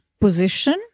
position